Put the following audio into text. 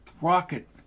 Rocket